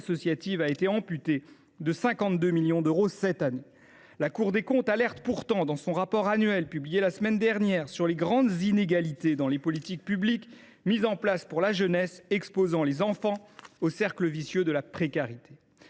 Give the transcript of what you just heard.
été amputés de 52 millions d’euros cette année. La Cour des comptes alerte pourtant dans son rapport annuel, qui a été publié la semaine dernière, sur les grandes inégalités qui existent dans les politiques publiques à destination de la jeunesse, exposant les enfants au cercle vicieux de la précarité.